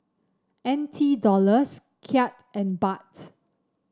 N T Dollars Kyat and Bahts